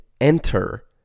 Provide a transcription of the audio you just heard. enter